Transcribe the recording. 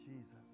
Jesus